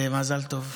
מזל טוב.